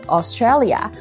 Australia